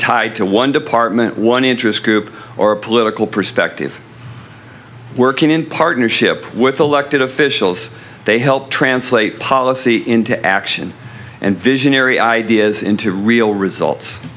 tied to one department one interest group or political perspective working in partnership with the elected officials they help translate policy into action and visionary ideas into real results